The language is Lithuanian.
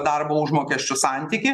darbo užmokesčiu santykį